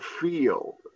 feel